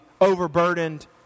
overburdened